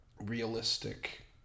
realistic